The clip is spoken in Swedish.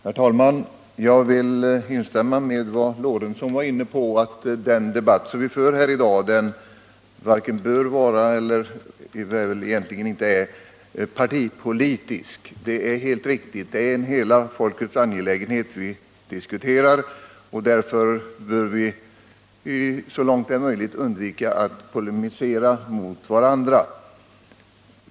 Herr talman! Jag vill instämma i vad herr Lorentzon var inne på, nämligen att den debatt vi för här i dag inte är och inte bör vara partipolitisk. Det är helt riktigt. Vi diskuterar här en hela folkets angelägenhet, och därför bör vi så långt det är möjligt undvika att polemisera mot varandra.